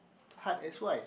heart that's why